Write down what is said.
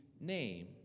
name